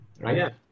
right